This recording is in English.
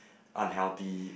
unhealthy